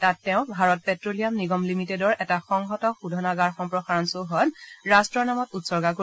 তাত তেওঁ Bharat petroleum নিগম লিমিটেডৰ এটা সংহত শোধানাগাৰ সম্প্ৰসাৰণ চৌহদ ৰাট্টৰ নামত উৎসৰ্গা কৰিব